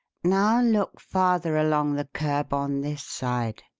now look farther along the kerb on this side.